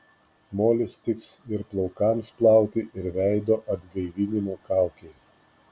molis tiks ir plaukams plauti ir veido atgaivinimo kaukei